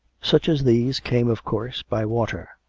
such as these came, of course, by water,